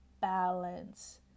balance